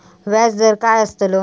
व्याज दर काय आस्तलो?